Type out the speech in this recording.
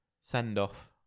send-off